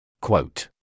Quote